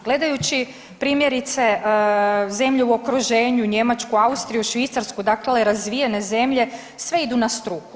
Gledajući primjerice, zemlje u okruženju, Njemačku, Austriju, Švicarsku, dakle, razvijene zemlje, sve idu na struku.